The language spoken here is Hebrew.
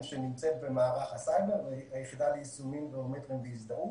שנמצאת במערך הסייבר והיחידה ליישומים ברומטריים והזדהות.